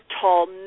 tall